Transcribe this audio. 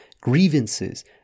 grievances